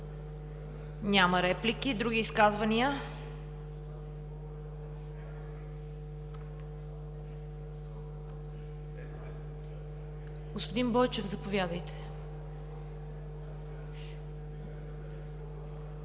Няма. Други изказвания? Господин Бойчев, заповядайте.